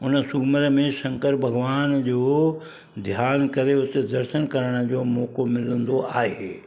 उन सूमरु में शंकर भॻवानु जो ध्यानु करे उते दर्शनु करण जो मौक़ो मिलंदो आहे